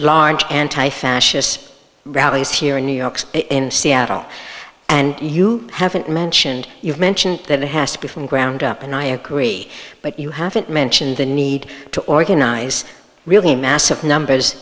fascists rallies here in new york in seattle and you haven't mentioned you've mentioned that it has to be from ground up and i agree but you haven't mentioned the need to organize really massive numbers